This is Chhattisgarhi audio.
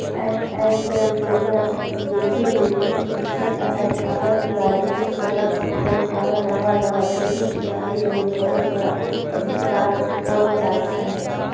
आएज काएल बेलना देखे ले नी दिखत अहे काबर कि अधुनिकीकरन कर कारन नावा नावा खेती किसानी कर उपकरन कर अबिस्कार होवत जात अहे